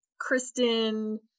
Kristen